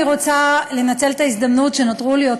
אני רוצה לנצל את ההזדמנות שנותרו לי עוד